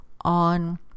On